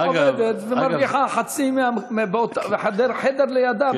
עובדת ומרוויחה חצי מזו שחדר לידה,